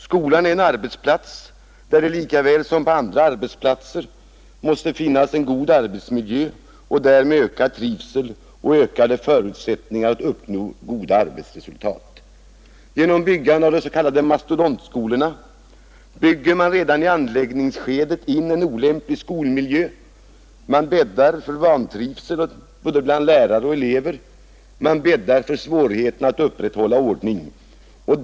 Skolan är en arbetsplats, där det lika väl som på andra arbetsplatser måste finnas en god arbetsmiljö och därmed ökad trivsel och större förutsättningar att uppnå goda arbetsresultat. Genom byggande av s.k. mastodontskolor bygger man redan i anläggningsskedet in en olämplig skolmiljö, man bäddar för vantrivsel bland både lärare och elever, man bäddar för svårigheter att upprätthålla ordningen.